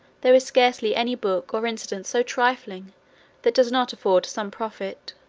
there is scarcely any book or incident so trifling that does not afford some profit,